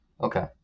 Okay